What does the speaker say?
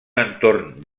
entorn